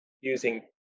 using